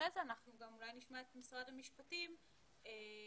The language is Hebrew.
לאחר מכן אולי נשמע את משרד המשפטים שיאמר